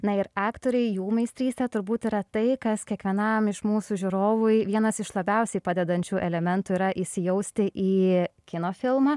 na ir aktoriai jų meistrystė turbūt yra tai kas kiekvienam iš mūsų žiūrovui vienas iš labiausiai padedančių elementų yra įsijausti į kino filmą